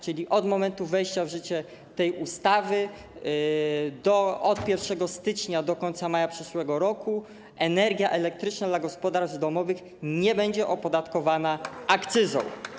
Czyli od momentu wejścia w życie tej ustawy, od 1 stycznia do końca maja przyszłego roku energia elektryczna dla gospodarstw domowych nie będzie opodatkowana akcyzą.